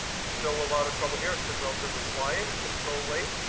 still a lot of trouble here. it's been relatively quiet until late,